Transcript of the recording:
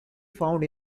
found